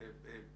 זה לפעילות.